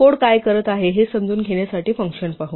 code काय करत आहे हे समजून घेण्यासाठी फंक्शन पाहू